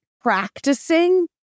practicing